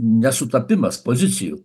nesutapimas pozicijų